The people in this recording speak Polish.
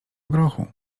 grochu